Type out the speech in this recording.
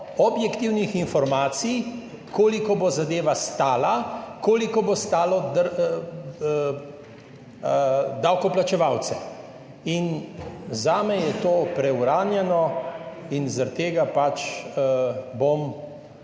objektivnih informacij, koliko bo zadeva stala, koliko bo stalo davkoplačevalce, in zame je to preuranjeno. Zaradi tega bom